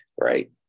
right